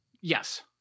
Yes